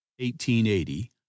1880